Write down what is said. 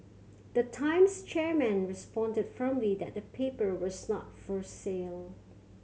the Times chairman responded firmly that the paper was not for sale